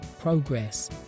progress